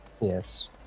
Yes